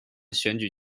选举